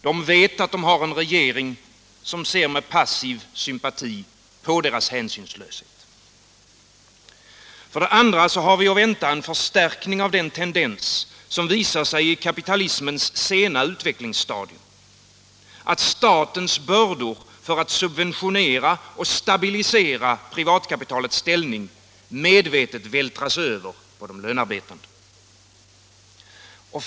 De vet att de har en regering som ser med passiv sympati på deras hänsynslöshet. För det andra har vi att vänta en förstärkning av den tendens som visar sig i kapitalismens sena utvecklingsstadium — att statens bördor för att subventionera och stabilisera privatkapitalets ställning medvetet vältras över på de lönarbetande.